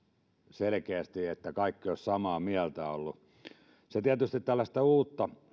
selkeästi kaikki olisivat samaa mieltä olleet se tietysti tällaista uutta